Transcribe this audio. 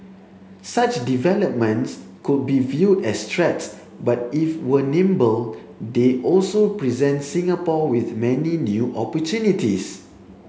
such developments could be viewed as threats but if we are nimble they also present Singapore with many new opportunities